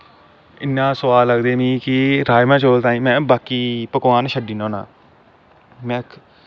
इन्ना सोआद लगदे मीं के राजमा चौल तांई में बाकी पकवान छड्डी ओड़ना होन्ना